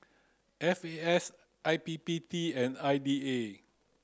F A S I P P T and I D A